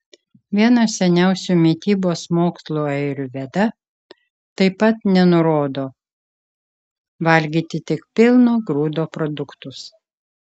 vienas seniausių mitybos mokslų ajurveda taip pat nenurodo valgyti tik pilno grūdo produktus